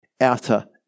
outer